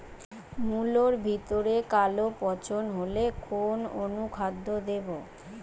মুলোর ভেতরে কালো পচন হলে কোন অনুখাদ্য দেবো?